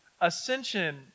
Ascension